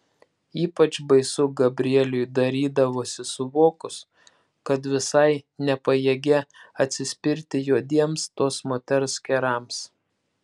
ypač baisu gabrieliui darydavosi suvokus kad visai nepajėgia atsispirti juodiems tos moters kerams